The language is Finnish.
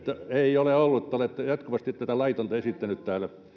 ei ole ollut te olette jatkuvasti tätä laitonta esittäneet täällä